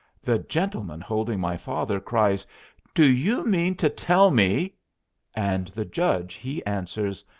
the gentleman holding my father cries do you mean to tell me and the judge he answers,